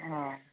অঁ